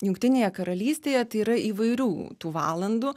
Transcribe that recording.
jungtinėje karalystėje tai yra įvairių tų valandų